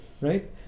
right